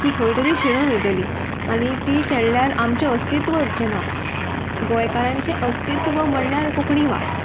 ती खंय तरी शेणोन वयतली आनी ती शेणल्यार आमचे अस्तित्वचे ना गोंयकारांचे अस्तित्व म्हणल्यार कोंकणी वास